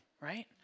right